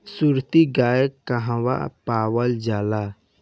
सुरती गाय कहवा पावल जाला?